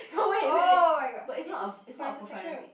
no wait wait wait but it's not a it's not a profanity